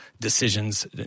decisions